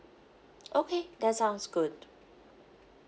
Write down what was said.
okay that sounds good